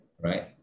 Right